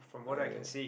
I ya